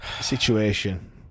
situation